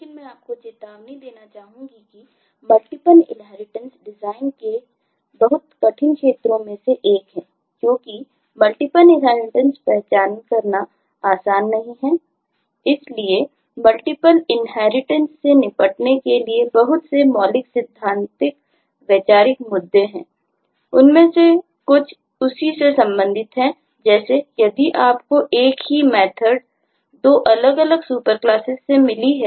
लेकिन मैं आपको चेतावनी देना चाहूंगा कि मल्टीपल इन्हेरिटेंस में कैसे व्यवहार करना चाहिए